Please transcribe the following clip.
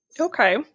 Okay